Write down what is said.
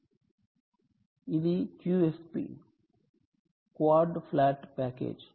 QFP quad flat package